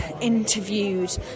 interviewed